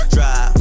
Drive